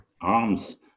arms